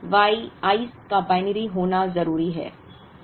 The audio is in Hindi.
लेकिन Y i's का बाइनरी होना जरूरी है